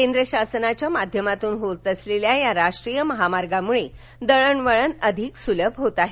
केंद्र शासनाच्या माध्यमातून होत असलेल्या या राष्ट्रीय महामार्गामुळे दळणवळण अधिक सुलभ होत आहे